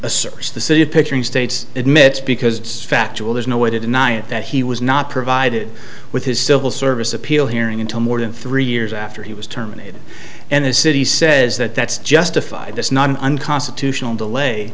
circus the city of picturing states admits because it's factual there's no way to deny it that he was not provided with his civil service appeal hearing until more than three years after he was terminated and the city says that that's justified that's not an unconstitutional delay